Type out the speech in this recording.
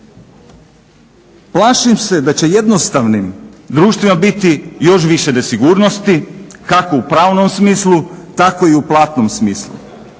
Plašim se da će jednostavnim društvima biti još više nesigurnosti kako u pravnom smislu tako i u platnom smislu.